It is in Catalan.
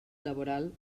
laboral